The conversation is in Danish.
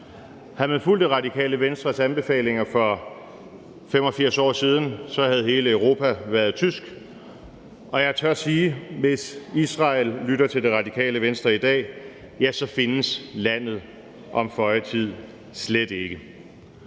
Havde man fulgt Radikale Venstres anbefalinger for 85 år siden, havde hele Europa været tysk. Og jeg tør sige, at hvis Israel lytter til Radikale Venstre i dag, findes landet om føje tid slet ikke.